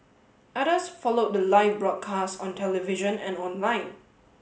others followed the live broadcast on television and online